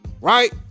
right